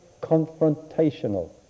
confrontational